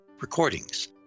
recordings